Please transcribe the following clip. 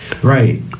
Right